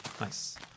nice